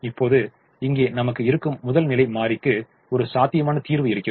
இப்போது இங்கே நமக்கு இருக்கும் முதல்நிலை மாறிக்கு ஒரு சாத்தியமான தீர்வு இருக்கிறது